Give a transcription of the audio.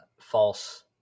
false